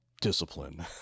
discipline